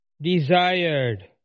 desired